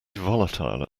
volatile